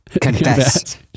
Confess